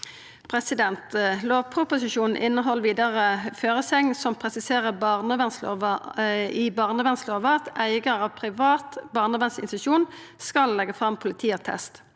Lovproposisjonen inneheld vidare føresegn som presiserer i barnevernslova at eigar av privat barnevernsinstitusjon skal leggja fram politiattest.